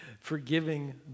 forgiving